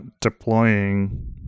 deploying